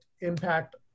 impact